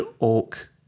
oak